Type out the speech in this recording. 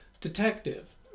detective